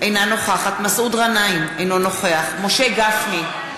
אינה נוכחת מסעוד גנאים, אינו נוכח משה גפני,